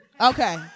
Okay